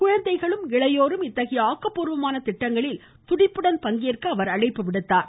குழந்தைகளும் இளையோரும் இத்தகைய ஆக்கப்பூர்வமான திட்டங்களில் துடிப்புடன் பங்கேற்க வேண்டும் என்று தெரிவித்தார்